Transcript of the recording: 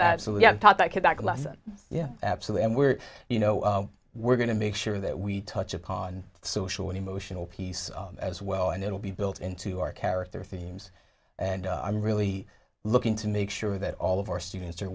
so we have taught that kid back unless yeah absolutely and we're you know we're going to make sure that we touch upon social and emotional piece as well and it will be built into our character themes and i'm really looking to make sure that all of our students are